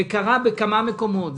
זה קרה בכמה מקומות,